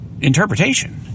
interpretation